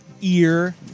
ear